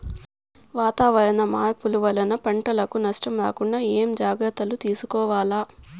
వాతావరణ మార్పులు వలన పంటలకు నష్టం రాకుండా ఏమేం జాగ్రత్తలు తీసుకోవల్ల?